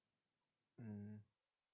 mm